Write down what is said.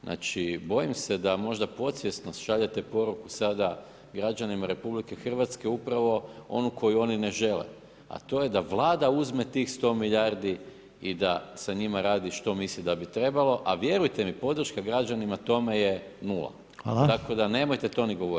Znači bojim se da možda podsvjesno slažete poruku sada građanima RH upravo onu koju oni ne žele, a to je da Vlada uzme tih 100 milijardi i da sa njima radi što misli da bi trebalo, a vjerujete podrška građana tom je je nula, tako da nemojte to ni govoriti.